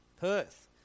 Perth